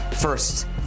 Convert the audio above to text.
first